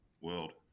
world